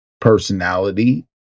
personality